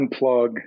unplug